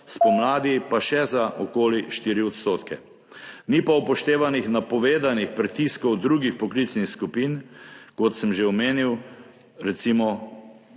spomladi pa še za okoli 4 %. Ni pa upoštevanih napovedanih pritiskov drugih poklicnih skupin, kot sem že omenil, recimo